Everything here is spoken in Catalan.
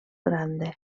grande